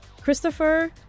Christopher